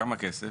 כמה כסף?